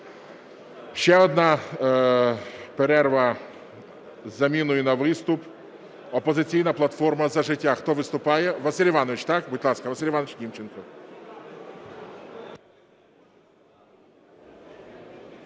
Ще одна перерва з заміною на виступ. "Опозиційна платформа – За життя". Хто виступає? Василь Іванович, так? Будь ласка, Василь Іванович Німченко.